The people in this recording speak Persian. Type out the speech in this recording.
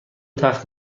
تخت